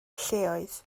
lleoedd